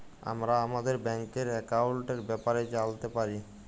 আমরা আমাদের ব্যাংকের একাউলটের ব্যাপারে জালতে পারি